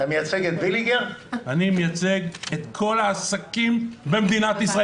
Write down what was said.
אני מייצג את כל העסקים במדינת ישראל,